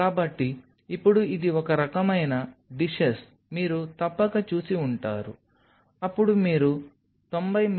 కాబట్టి ఇప్పుడు ఇది ఒక రకమైన డిషెస్ మీరు తప్పక చూసి ఉంటారు అప్పుడు మీరు 90 మి